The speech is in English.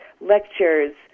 lectures